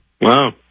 Wow